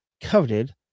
coveted